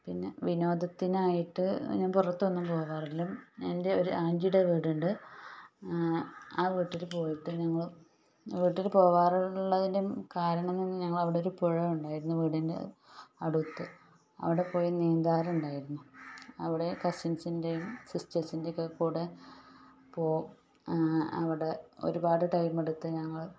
പിന്നെ വിനോദത്തിനായിട്ട് ഞാൻ പുറത്തൊന്നും പോകാറില്ല എന്റെ ഒരു ആന്റിയുടെ വീടുണ്ട് ആ വീട്ടിൽ പോയിട്ടുണ്ട് ഞങ്ങൾ വീട്ടിൽ പോകാറുള്ളതിനു കാരണം ഞങ്ങളുടെ അവിടൊരു പുഴ ഉണ്ടായിരുന്നു വീടിനൻ്റെ അടുത്ത് അവിടെ പുഴയിൽ നീന്തറുണ്ടായിരുന്നു അവിടെ കസിൻന്റെയും സിസ്റ്റേഴ്സ്സിന്റെയും ഒക്കെ കൂടെ പോ അവിടെ ഒരുപാട് ടൈമെടുത്തു ഞങ്ങൾ